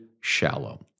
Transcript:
shallow